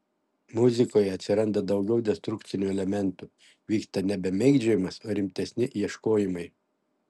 muzikoje atsiranda daugiau destrukcinių elementų vyksta nebe mėgdžiojimas o rimtesni ieškojimai